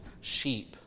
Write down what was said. sheep